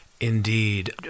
Indeed